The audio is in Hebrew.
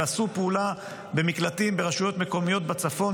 ועשו פעולה במקלטים ברשויות מקומיות בצפון,